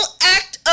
act